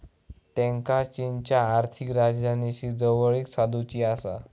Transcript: त्येंका चीनच्या आर्थिक राजधानीशी जवळीक साधुची आसा